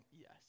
yes